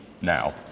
now